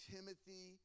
Timothy